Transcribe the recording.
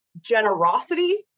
generosity